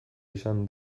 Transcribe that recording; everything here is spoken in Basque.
izan